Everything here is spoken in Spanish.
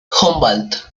humboldt